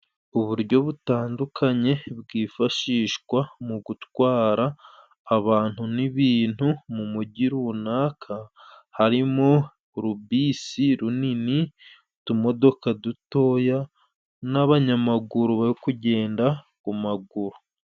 Uburyo butandukanye bwifashishwa mu gutwara abantu n'ibintu mu mujyi runaka harimo urubisi runini, utumodoka dutoya n'abanyamaguru bari kugenda ku maguru.